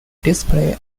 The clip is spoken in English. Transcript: display